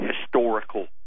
historical